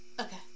Okay